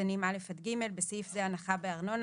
קטנים (א) עד (ג) (בסעיף הזה - הנחה בארנונה),